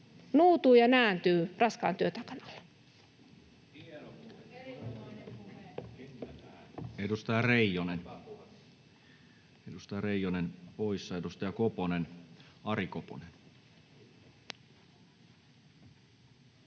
nuutuu ja nääntyy raskaan työtaakan alla.